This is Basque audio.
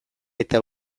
eta